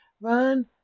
Run